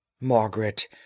Margaret